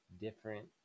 different